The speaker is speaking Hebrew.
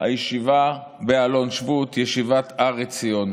הישיבה באלון שבות, ישיבת הר עציון,